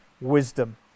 wisdom